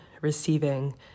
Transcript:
receiving